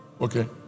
Okay